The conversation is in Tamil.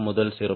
6 0